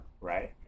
right